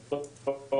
(הפרעות בשידור הזום).